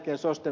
dem